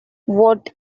what